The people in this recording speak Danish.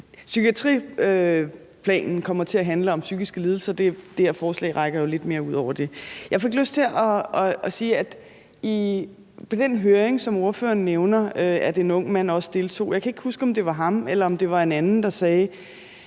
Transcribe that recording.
til at handle om psykiske lidelser. Det her forslag rækker jo lidt ud over det. Jeg fik lyst til at sige, at på den høring, som ordføreren nævner, hvor en ung mand også deltog – jeg kan ikke huske, om det var ham, eller om det var en anden, der sagde